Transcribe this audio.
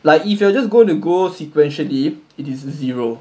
like if you are just going to go sequentially it is zero